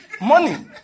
money